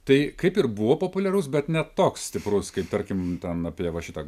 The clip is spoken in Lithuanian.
tai kaip ir buvo populiarus bet ne toks stiprus kaip tarkim ten apie va šitą